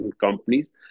companies